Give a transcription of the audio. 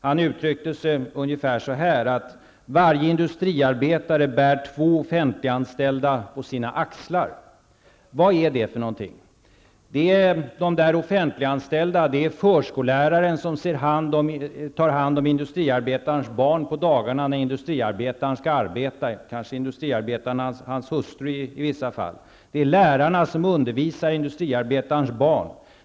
Han uttryckte sig ungefär så här: Varje industriarbetare bär två offentliganställda på sina axlar. Vad är det för någonting? De offentliganställda, det är förskollärarna som tar hand om industriarbetarens barn på dagarna, när industriarbetaren, eller kanske i vissa fall industriarbetaren och hans hustru, skall arbeta. Det är lärarna som undervisar industriarbetarens barn.